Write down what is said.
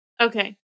Okay